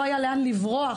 לא היה לאן לברוח.